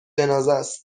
جنازهست